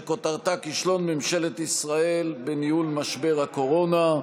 שכותרתה: כישלון ממשלת ישראל בניהול משבר הקורונה.